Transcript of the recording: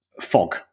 fog